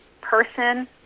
person